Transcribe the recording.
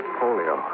polio